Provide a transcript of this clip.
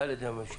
גם על ידי הממשלה,